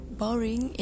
boring